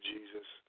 Jesus